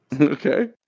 Okay